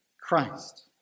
Christ